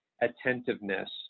attentiveness